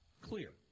Clear